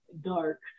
dark